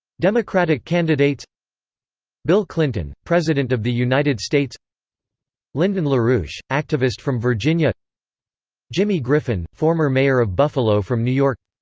democratic candidates bill clinton, president of the united states lyndon larouche, activist from virginia jimmy griffin, former mayor of buffalo from new york